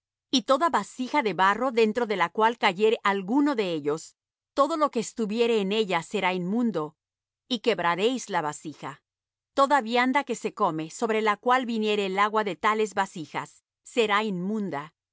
y toda vasija de barro dentro de la cual cayere alguno de ellos todo lo que estuviere en ella será inmundo y quebraréis la vasija toda vianda que se come sobre la cual viniere el agua de tales vasijas será inmunda